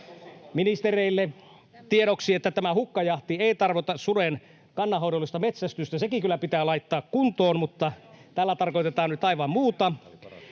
tämä hukkajahti ei tarkoita suden kannanhoidollista metsästystä. Sekin kyllä pitää laittaa kuntoon, mutta tällä tarkoitetaan nyt aivan muuta.